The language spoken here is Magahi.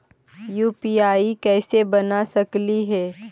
यु.पी.आई कैसे बना सकली हे?